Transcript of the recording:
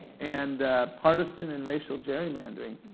and partisan and racial gerrymandering,